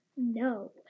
no